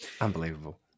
Unbelievable